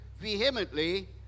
vehemently